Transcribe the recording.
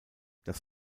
das